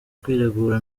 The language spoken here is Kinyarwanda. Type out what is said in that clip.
kwiregura